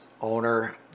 owner